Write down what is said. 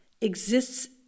exists